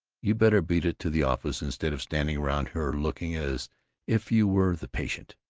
you better beat it to the office instead of standing around her looking as if you were the patient.